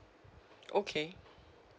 okay